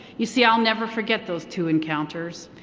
you see i'll never forget those two encounters.